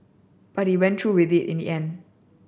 but he went through with it in the end